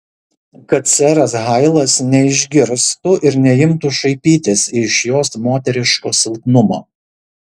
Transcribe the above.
kad seras hailas neišgirstų ir neimtų šaipytis iš jos moteriško silpnumo